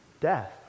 death